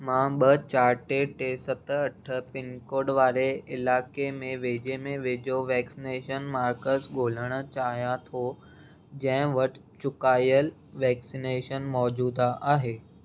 मां ॿ चारि टे टे सत अठ पिनकोड वारे इलाइक़े में वेझे में वेझो वैक्सीनेशन मर्कज़ ॻोल्हिणु चाहियां थो जंहिं वटि चुकायल वैक्सीनेशन मौजूदु आहे